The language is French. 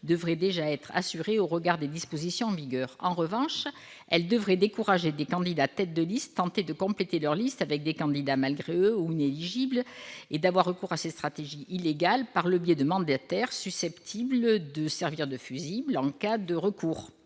devraient déjà être assurées au regard des dispositions en vigueur. En revanche, elle devrait décourager des candidats tête de liste tentés de compléter leurs listes avec des candidats malgré eux ou inéligibles et d'avoir recours à ces stratégies illégales par le biais de mandataires susceptibles de servir de fusible en cas de recours.